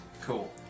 Cool